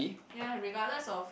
ya regardless of